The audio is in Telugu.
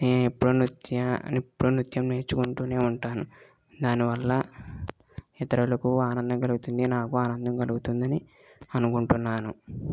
నేను ఎప్పుడూ నృత్య ఎప్పుడూ నృత్యం నేర్చుకుంటూనే ఉంటాను దానివల్ల ఇతరులకు ఆనందం కలుగుతుంది నాకు ఆనందం కలుగుతుందని అనుకుంటున్నాను